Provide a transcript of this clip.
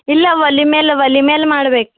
ಇಲ್ಲ ಒಲೆ ಮೇಲೆ ಒಲೆ ಮೇಲೆ ಮಾಡ್ಬೇಕು